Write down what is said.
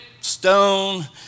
stone